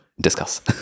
Discuss